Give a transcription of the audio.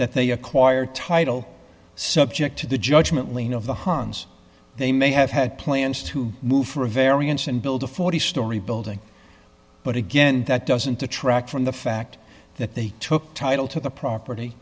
that they acquire title subject to the judgment lien of the han's they may have had plans to move for a variance and build a forty story building but again that doesn't detract from the fact that they took title to the property